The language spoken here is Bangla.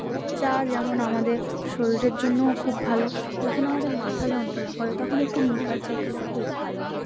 তো চা যেমন আমাদের শরীরের জন্যও খুব ভালো যখন আমাদের মাথা যন্ত্রণা করে তখন একটু লিকার চা খেলে খুব ভালো হয়